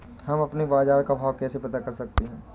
हम अपने बाजार का भाव कैसे पता कर सकते है?